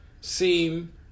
seem